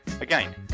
again